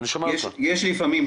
יש לפעמים,